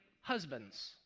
husbands